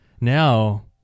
Now